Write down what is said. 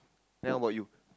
then how about you